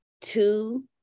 two